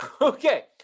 Okay